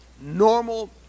normal